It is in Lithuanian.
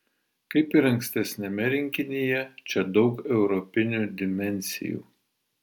kaip ir ankstesniame rinkinyje čia daug europinių dimensijų